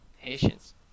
patience